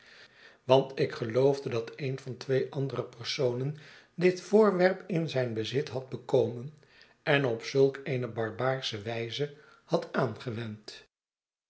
want ik geloofde dat een van twee andere personen dit voorwerp in zijn bezit had bekomen en op zulk eene barbaarsche wijze had aangewend